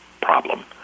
problem